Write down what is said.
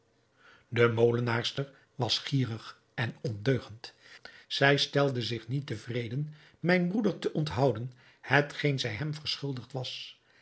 de molenaarster was gierig en ondeugend zij stelde zich niet tevreden mijn broeder te onthouden hetgeen zij hem verschuldigd was